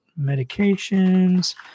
Medications